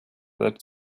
that